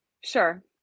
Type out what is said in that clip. Sure